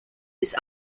its